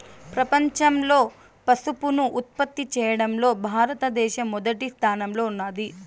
ప్రపంచంలో పసుపును ఉత్పత్తి చేయడంలో భారత దేశం మొదటి స్థానంలో ఉన్నాది